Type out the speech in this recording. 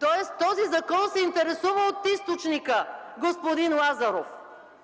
Тоест, този закон се интересува от източника, господин Лазаров.